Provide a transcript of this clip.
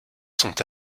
sont